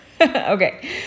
Okay